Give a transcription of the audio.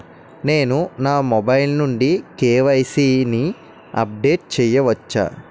నేను నా మొబైల్ నుండి కే.వై.సీ ని అప్డేట్ చేయవచ్చా?